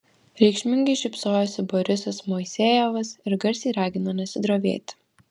reikšmingai šypsojosi borisas moisejevas ir garsiai ragino nesidrovėti